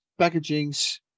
packagings